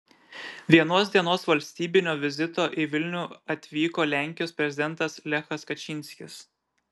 vienos dienos valstybinio vizito į vilnių atvyko lenkijos prezidentas lechas kačynskis